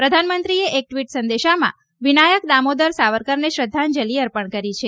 પ્રધાનમંત્રીએ એક ટવીટ સંદેશામાં વિનાયક દામોદર સાવરકરને શ્રદ્ધાંજલી અર્પણ કરી છે